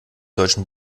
deutschen